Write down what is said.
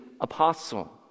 apostle